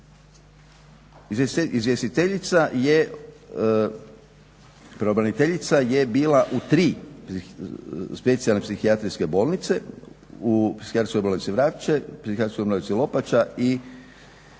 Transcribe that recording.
pravobraniteljica je bila u tri specijalne psihijatrijske bolnice, u psihijatrijskoj bolnici Vrapče, psihijatrijskoj bolnici Lopača i